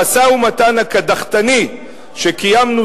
המשא-ומתן הקדחתני שקיימנו,